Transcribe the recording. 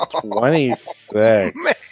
Twenty-six